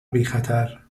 بیخطر